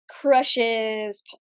crushes